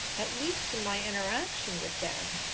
at least in my interaction with them.